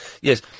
Yes